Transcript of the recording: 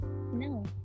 No